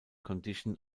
condition